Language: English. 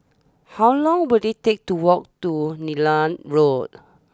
how long will it take to walk to Neram Road